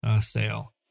sale